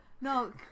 No